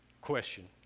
question